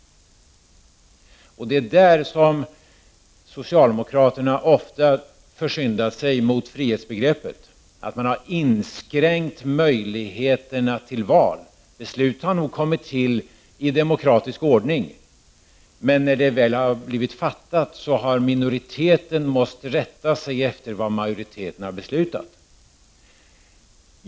Det är där som socialdemokraterna ofta har försyndat sig mot frihetsbegreppet. Man har inskränkt möjligheterna till val. Beslut har nog kommit till i demokratisk ordning. Men när det väl har blivit fattat har minoriteten måst rätta sig efter vad majoriteten har beslutat.